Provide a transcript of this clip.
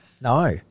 No